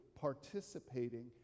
participating